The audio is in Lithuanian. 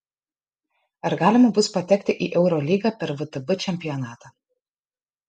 ar galima bus patekti į eurolygą per vtb čempionatą